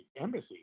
Embassy